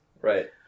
Right